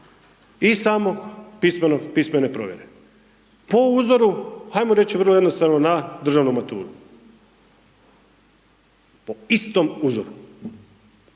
i same pismene provjere. Po uzoru ajmo reč vrlo jednostavno na državnu maturu, po istom uzoru,